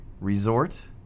Resort